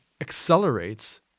accelerates